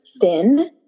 thin